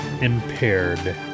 impaired